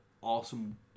awesome